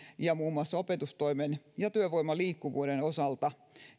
ja muun muassa opetustoimen ja työvoiman liikkuvuuden osalta